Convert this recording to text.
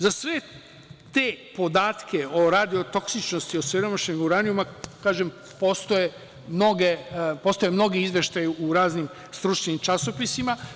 Za sve te podatke o toksičnosti osiromašenog uranijuma postoje mnogi izveštaji u raznim stručnim časopisima.